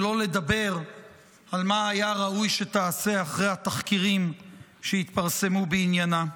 שלא לדבר על מה היה ראוי שתעשה אחרי התחקירים שהתפרסמו בעניינה.